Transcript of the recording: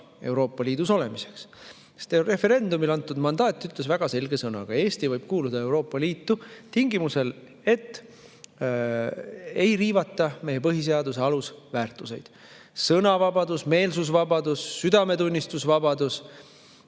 Euroopa Liidus olemiseks. Referendumil antud mandaat ütles väga selge sõnaga, et Eesti võib kuuluda Euroopa Liitu tingimusel, et ei riivata meie põhiseaduse alusväärtuseid: sõnavabadust, meelsusvabadust, südametunnistuse vabadust,